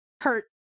hurt